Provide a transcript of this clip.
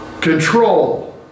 Control